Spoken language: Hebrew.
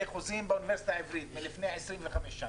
חוזים באוניברסיטה העברית לפני 25 שנה,